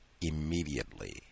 immediately